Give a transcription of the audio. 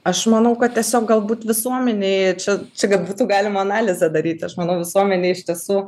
aš manau kad tiesiog galbūt visuomenėj čia čia kad būtų galima analizę daryti aš manau visuomenė iš tiesų